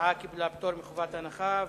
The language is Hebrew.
ההצעה קיבלה פטור מחובת הנחה.